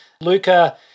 Luca